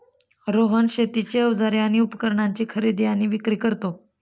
रोहन शेतीची अवजारे आणि उपकरणाची खरेदी आणि विक्री करतो